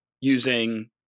using